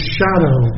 Shadow